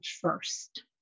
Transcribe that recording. first